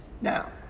Now